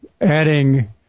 adding